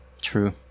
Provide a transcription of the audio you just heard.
true